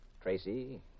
Tracy